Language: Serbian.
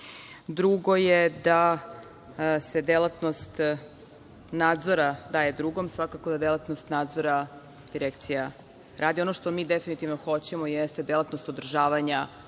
Drugo je da se delatnost nadzora daje drugom, svakako je delatnost nadzora direkcije. Ono što mi definitivno hoćemo jeste delatnost održavanja